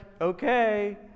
okay